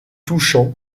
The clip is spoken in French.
touchant